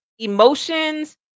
emotions